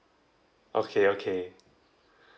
okay okay